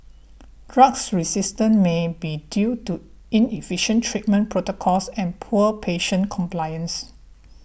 drugs resistance may be due to inefficient treatment protocols and poor patient compliance